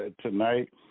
tonight